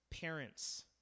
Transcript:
parents